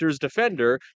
defender